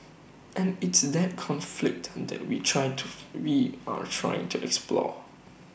and it's that conflict that we try to we are trying to explore